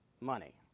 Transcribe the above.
Money